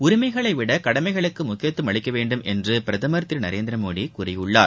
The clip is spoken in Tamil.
உரிமைகளைவிட கடமைகளுக்கு முக்கியத்துவம் அளிக்க வேண்டும் என்று பிரதமர் கிரு நரேந்திரமோடி கூறியுள்ளார்